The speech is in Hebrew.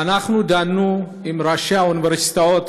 ודנו עם ראשי האוניברסיטאות,